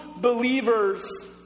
believers